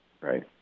right